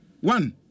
One